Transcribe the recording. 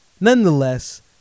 Nonetheless